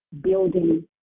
building